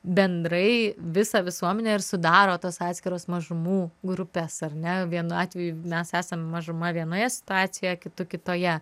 bendrai visą visuomenę ir sudaro tos atskiros mažumų grupės ar ne vienu atveju mes esam mažuma vienoje situacijoje kitu kitoje